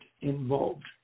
involved